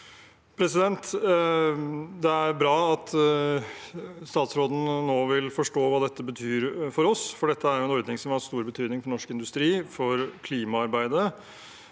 Det er bra at statsrå- den nå vil forstå hva dette betyr for oss, for dette er jo en ordning som har hatt stor betydning for norsk industri og for klimaarbeidet.